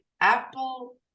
Apple